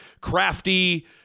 crafty